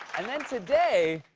and then today,